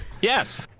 Yes